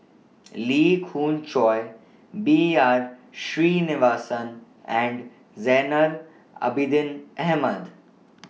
Lee Khoon Choy B R Sreenivasan and Zainal Abidin Ahmad